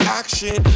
action